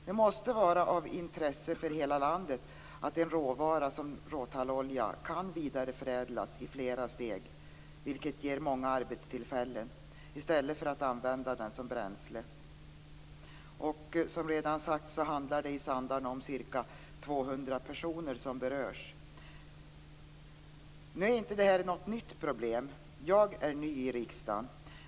Det måste vara av intresse för hela landet att en råvara som råtallolja kan vidareförädlas i flera steg, vilket ger många arbetstillfällen, i stället för att användas som bränsle. Som redan sagts är det i Sandarne ca 200 personer som berörs. Nu är inte detta något nytt problem. Jag är ny i riksdagen.